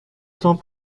temps